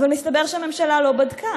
אבל מסתבר שהממשלה לא בדקה.